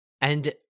And-